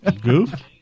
Goof